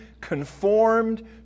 conformed